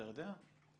אתה יודע?